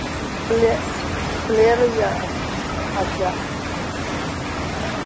flare होई गेआ अच्छा